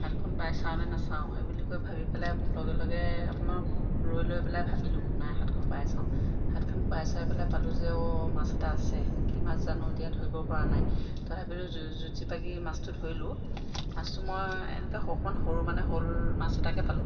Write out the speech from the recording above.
হাতখন বাই চাওঁ নে নাচাওঁ এইবুলি কৈ ভাবি পেলাই লগে লগে অকণমান ৰৈ লৈ পেলাই ভাবিলোঁ নাই হাতখন বায়ে চাওঁ হাতখন বাই চাই পেলাই পালোঁ যে অ' মাছ এটা আছে কি মাছ জানো এতিয়া ধৰিব পৰা নাই তথাপিতো যু যুঁজি বাগি মাছটো ধৰিলোঁ মাছটো মই এনেকৈ অকণমান সৰু মানে শ'ল মাছ এটাকে পালোঁ